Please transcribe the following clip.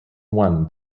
one